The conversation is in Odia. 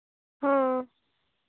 ଆମେ ଗୋଟେ ଦିନରେ ପହଞ୍ଚିବୁ